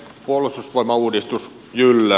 puolustusvoimauudistus jyllää